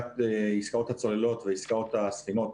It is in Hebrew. עסקאות הצוללות ועסקאות הספינות,